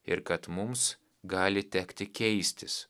ir kad mums gali tekti keistis